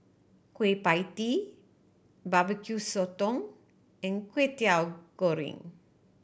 Kueh Pie Tee Barbecue Sotong and Kwetiau Goreng